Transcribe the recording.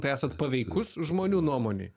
tai esat paveikus žmonių nuomonei